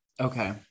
okay